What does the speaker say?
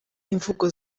imvugo